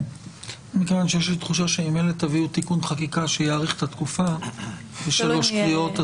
יש לי תחושה שממילא תביאו תיקון חקיקה שיאריך את התקופה בשלוש קריאות,